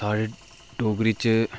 साढी डोगरी च